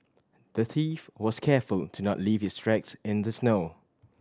the thief was careful to not leave his tracks in the snow